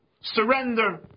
surrender